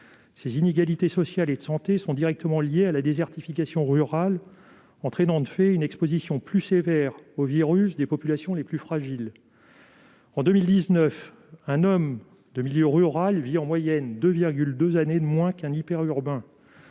Ces inégalités sociales et de santé sont directement liées à la désertification rurale, entraînant de fait une exposition plus sévère au virus des populations les plus fragiles. En 2019, un homme de milieu rural vit en moyenne 2,2 années de moins qu'un hyperurbain.